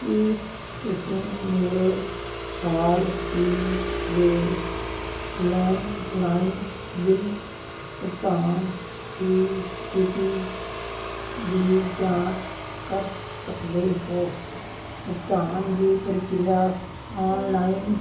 ਕੀ ਤੁਸੀਂ ਮੇਰੇ ਹਾਲ ਹੀ ਦੇ ਲੈਂਡਲਾਈਨ ਬਿੱਲ ਭੁਗਤਾਨ ਦੀ ਸਥਿਤੀ ਦੀ ਜਾਂਚ ਕਰ ਸਕਦੇ ਹੋ ਭੁਗਤਾਨ ਦੀ ਪ੍ਰਕਿਰਿਆ ਆਨਲਾਈਨ